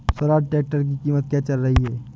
Swaraj tractor की कीमत क्या चल रही है?